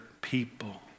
people